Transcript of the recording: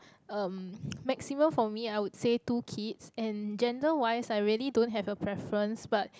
um maximum for me I would say two kids and gender wise I really don't have a preference but